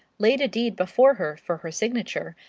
laid a deed before her for her signature,